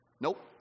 Nope